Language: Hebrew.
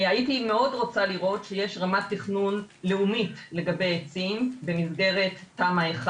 הייתי מאוד לראות שיש רמת תכנון לאומית לגבי עצים במסגרת תמ"א1,